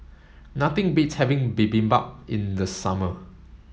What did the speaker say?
nothing beats having Bibimbap in the summer